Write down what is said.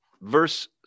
verse